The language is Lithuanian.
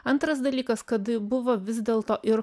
antras dalykas kad buvo vis dėlto ir